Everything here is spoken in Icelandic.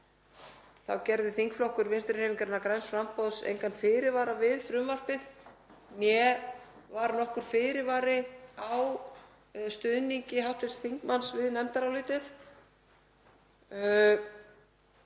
Þá gerði þingflokkur Vinstrihreyfingarinnar – græns framboðs engan fyrirvara við frumvarpið, né var nokkur fyrirvari á stuðningi hv. þingmanns við nefndarálitið.